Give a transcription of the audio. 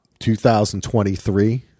2023